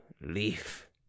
leaf